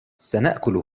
سنأكل